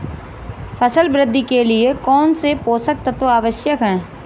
फसल वृद्धि के लिए कौनसे पोषक तत्व आवश्यक हैं?